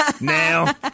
Now